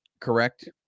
correct